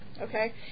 Okay